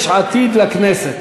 יש עתיד לכנסת.